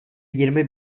yirmi